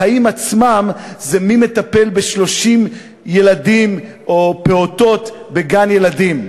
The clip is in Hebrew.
החיים עצמם זה מי מטפל ב-30 ילדים או פעוטות בגן-ילדים,